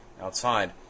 outside